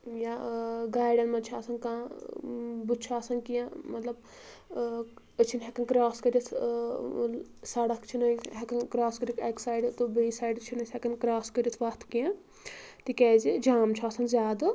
یا گاڑین منٛز چھُ آسان کانٛہہ بٕتِھ چھُ آسان کینٛہہ مَطلب أسۍ چھِ نہٕ ہیٛکان کراس کرتھ سڑکھ چھِ نہٕ ہیٛکان کراس کرتھ اکہِ سایڈٕ تہٕ بیٚیہِ سایڈٕ چھِ نہٕ أسۍ ہیٛکان کراس کرتھ وتھ کینٛہہ تِکیٛازِ جَام چھُ آسان زیادٕ تہٕ